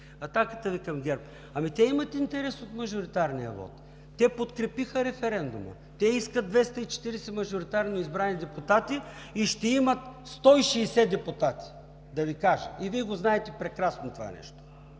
Атаката Ви към ГЕРБ – ами те имат интерес от мажоритарния вот, подкрепиха Референдума, искат 240 мажоритарно избрани депутати и ще имат 160 депутати, да Ви кажа, и Вие знаете прекрасно това.